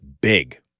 big